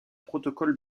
protocole